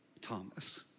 Thomas